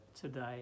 today